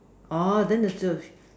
orh then the